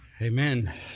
amen